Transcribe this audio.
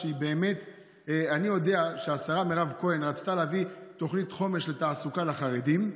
אני יודע שהשרה מירב כהן רצתה להביא תוכנית חומש לתעסוקה לחרדים,